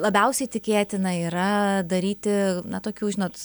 labiausiai tikėtina yra daryti na tokių žinot